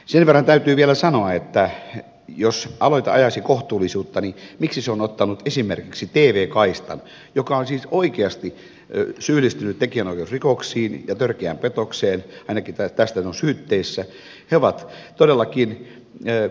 sen verran täytyy vielä sanoa että jos aloite ajaisi kohtuullisuutta niin miksi se on ottanut esimerkiksi tvkaistan joka on siis oikeasti syyllistynyt tekijänoikeusrikoksiin ja törkeään petokseen ainakin näistä se on syytteessä